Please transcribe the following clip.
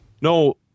No